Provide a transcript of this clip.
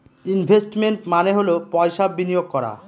investment মানে হল পয়সা বিনিয়োগ করা